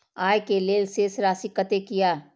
आय के लेल शेष राशि कतेक या?